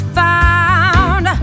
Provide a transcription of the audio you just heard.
found